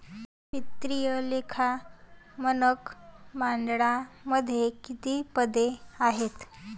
वित्तीय लेखा मानक मंडळामध्ये किती पदे आहेत?